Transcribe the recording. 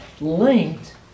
linked